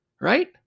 right